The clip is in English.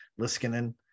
Liskinen